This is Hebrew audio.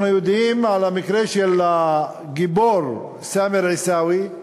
אנחנו יודעים על המקרה של הגיבור סאמר עיסאווי,